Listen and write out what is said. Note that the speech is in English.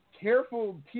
careful